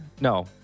No